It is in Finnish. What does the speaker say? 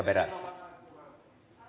herra